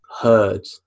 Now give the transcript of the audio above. heard